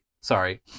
sorry